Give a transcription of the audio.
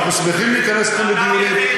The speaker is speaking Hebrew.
אנחנו שמחים להיכנס אתכם לדיונים.